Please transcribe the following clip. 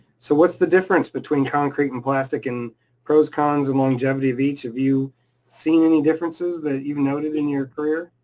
so what's the difference between concrete and plastic and pros, cons, and longevity of each, have you seen any differences that you've noted in your career?